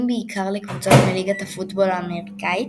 בעיקר לקבוצות מליגת הפוטבול האמריקאית,